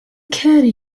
carry